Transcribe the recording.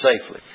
safely